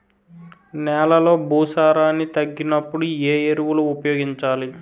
నెలలో భూసారాన్ని తగ్గినప్పుడు, ఏ ఎరువులు ఉపయోగించాలి?